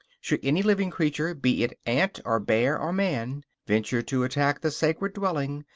should any living creature, be it ant or bear or man, venture to attack the sacred dwelling,